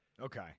Okay